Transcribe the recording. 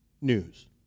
news